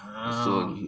ah